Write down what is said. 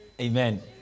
Amen